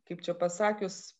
kaip čia pasakius